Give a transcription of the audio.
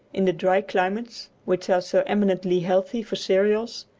in the dry climates, which are so eminently healthy for cereals,